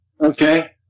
Okay